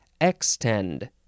extend